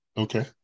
Okay